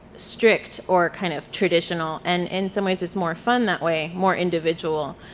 strict or kind of traditional and in some ways it's more fun that way, more individual.